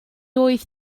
oedd